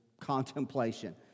contemplation